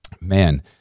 man